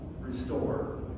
restore